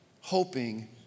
hoping